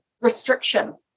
restriction